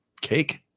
Cake